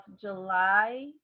July